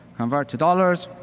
convert to dollars,